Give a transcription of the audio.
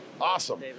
Awesome